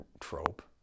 trope